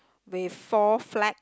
with four flags